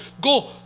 go